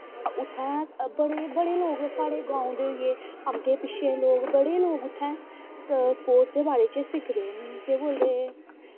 उत्थै बड़े लोग साढ़े गाओं दे होई गे अग्गे पिच्छें दे लोग बड़े उत्थै स्पोर्टस दे बारे च सिखदे केह् बोलदे